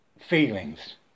feelings